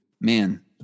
man